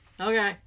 Okay